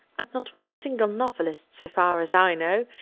and not one single novelist, so far as i know,